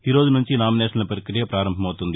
ఈరోజు నుంచి నామినేషన్ల ప్రకియ పారంభమవుతోంది